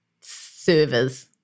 servers